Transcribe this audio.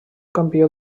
campió